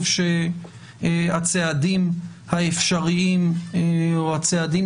טוב שהצעדים האפשריים או הצעדים